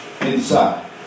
Inside